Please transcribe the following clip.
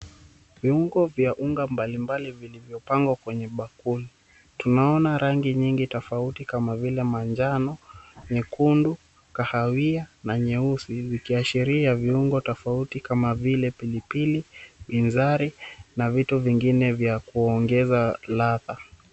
Viungo vya unga mbalimbali vilivyopangwa kwenye bakuli. Tunaona rangi nyingi tofauti kama vile: manjano, nyekundu, kahawia na nyeusi vikiashiria viungo tofauti kama vile: pilipili, binzari na vitu vingine vya kuongeza ladha.